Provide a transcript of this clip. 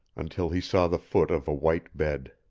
until he saw the foot of a white bed.